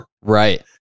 Right